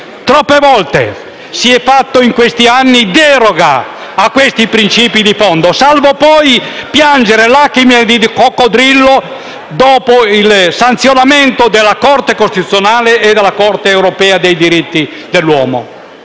Troppe volte si è fatta, in questi anni, deroga a questi principi di fondo, salvo poi piangere lacrime di coccodrillo dopo il sanzionamento della Corte costituzionale e della Corte europea dei diritti dell'uomo.